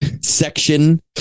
section